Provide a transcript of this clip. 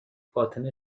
فاطمه